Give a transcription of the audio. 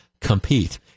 compete